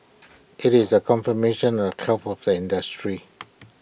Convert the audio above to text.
IT is A confirmation of health of the industry